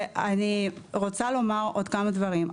ואני רוצה לומר עוד כמה דברים.